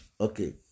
okay